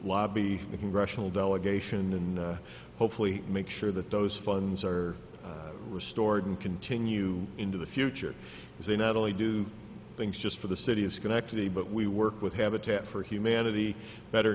lobby the congressional delegation and hopefully make sure that those funds are restored and continue into the future as they not only do things just for the city of schenectady but we work with habitat for humanity better